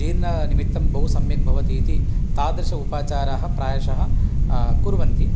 जीर्णं निमित्तं बहु सम्यक् भवति इति तादृशाः उपाचाराः प्रायशः कुर्वन्ति